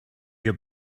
got